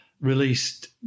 released